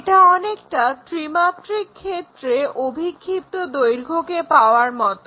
এটা অনেকটা ত্রিমাত্রিক ক্ষেত্রে অভিক্ষিপ্ত দৈর্ঘ্যকে পাওয়ার মতন